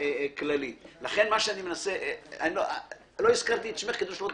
אני כבר שמעתי בצליל.